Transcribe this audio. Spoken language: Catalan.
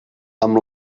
amb